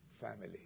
family